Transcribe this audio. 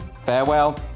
Farewell